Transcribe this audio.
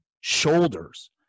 shoulders